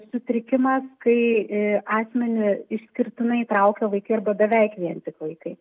sutrikimas kai asmenį išskirtinai traukia vaikai arba beveik vien tik vaikai